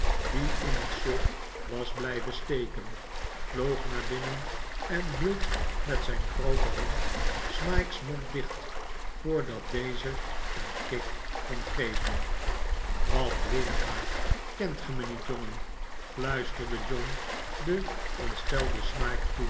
die in het slot was blijven steken vloog naar binnen en hield met zijn groote hand smike's mond dicht voordat deze een kik kon geven wat weerga kent ge me niet jongen fluisterde john den ontstelden smike